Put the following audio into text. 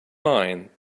mind